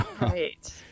Right